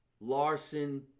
Larson